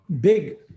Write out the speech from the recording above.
big